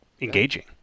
engaging